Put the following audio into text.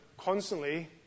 constantly